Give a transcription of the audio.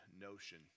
notion